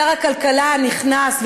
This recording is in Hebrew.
שר הכלכלה הנכנס,